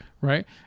right